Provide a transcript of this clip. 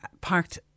parked